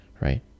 right